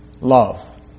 love